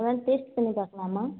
எதாவது டேஸ்ட் பண்ணி பார்க்கலாமா